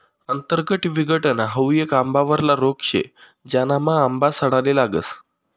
अंतर्गत विघटन हाउ येक आंबावरला रोग शे, ज्यानामा आंबा सडाले लागस